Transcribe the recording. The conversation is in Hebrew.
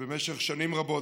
שבמשך שנים רבות,